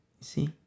see